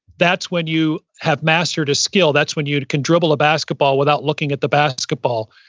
that's when you have mastered a skill. that's when you can dribble a basketball without looking at the basketball,